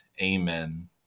amen